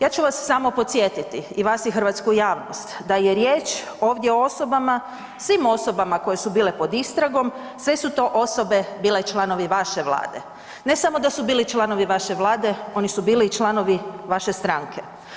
Ja ću vas samo podsjetiti i vas i hrvatsku javnost da je riječ ovdje o osobama, svim osobama koje su bile pod istragom, sve su to osobe bile članovi vaše vlade, ne samo da su bili članovi vaše vlade, oni su bili i članovi vaše stranke.